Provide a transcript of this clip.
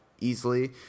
easily